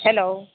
hello